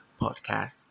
podcast